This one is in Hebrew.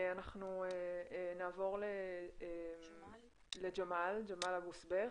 אנחנו נעבור לג'מאל אבו צבייח,